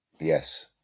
Yes